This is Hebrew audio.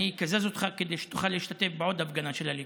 אני אקזז אותך כדי שתוכל להשתתף בעוד הפגנה של הליכוד.